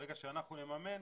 ברגע שאנחנו נממן